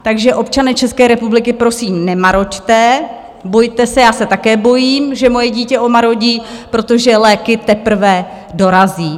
Takže občané České republiky, prosím, nemaroďte, bojte se, já se také bojím, že moje dítě omarodí, protože léky teprve dorazí.